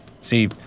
See